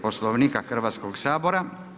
Poslovnika Hrvatskoga sabora.